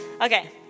Okay